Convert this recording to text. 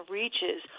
reaches